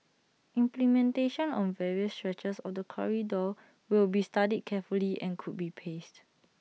implementation on various stretches of the corridor will be studied carefully and could be paced